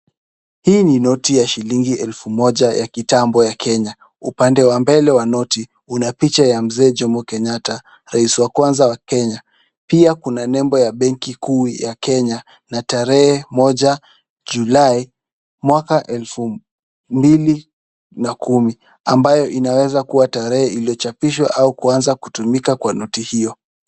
Hii ni noti ya shilingi elfu moja ya kitambo ya Kenya. Upande wa mbele wa noti, una picha ya mzee Jomo Kenyatta, rais wa kwanza wa Kenya. Pia kuna nembo ya Benki Kuu ya Kenya na tarehe moja Julai, mwaka elfu mbili na kumi ambayo inaweza kuwa terehe iliyochapishwa au kuanza kutumika kwa noti hiyo.